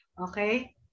Okay